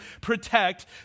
protect